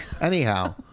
Anyhow